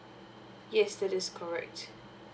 yes that is correct